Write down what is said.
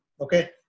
okay